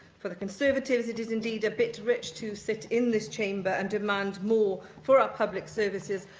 for the conservatives, it is indeed a bit rich to sit in this chamber and demand more for our public services,